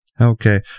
okay